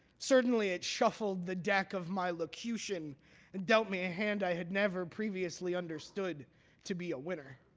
certainly, it shuffled the deck of my locution and dealt me a hand i had never previously understood to be a winner.